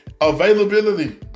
Availability